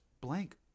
blank